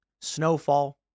snowfall